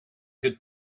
could